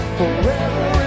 forever